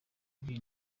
ibi